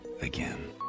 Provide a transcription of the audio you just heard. again